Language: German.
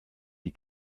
die